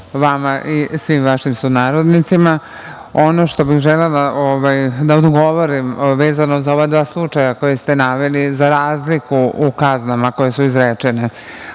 vama i svim vašim sunarodnicima. Ono što bih želela da odgovorim vezano za ova dva slučaja koja ste naveli za razliku u kaznama koje su izrečene.